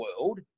world